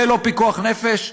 זה לא פיקוח נפש?